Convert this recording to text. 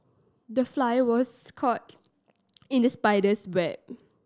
the fly was caught in the spider's web